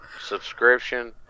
subscription